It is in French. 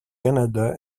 canada